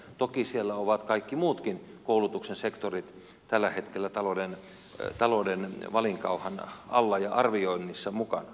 toki kaikki muutkin koulutuksen sektorit ovat tällä hetkellä talouden valinkauhan alla ja arvioinnissa mukana